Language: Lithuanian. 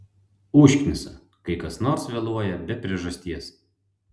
užknisa kai kas nors vėluoja be priežasties